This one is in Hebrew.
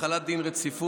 החלת דין רציפות,